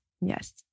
Yes